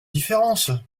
différence